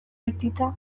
aitita